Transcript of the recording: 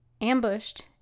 ambushed